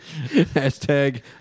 Hashtag